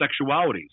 sexualities